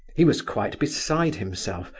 he was quite beside himself,